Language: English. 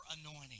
anointing